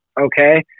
Okay